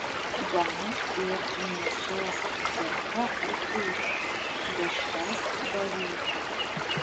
gal ir mėsos cechą įkurtų dešras darytų